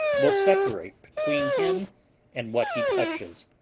will separate between him and what he touches.